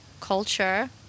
culture